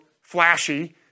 flashy